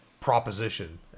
proposition